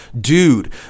dude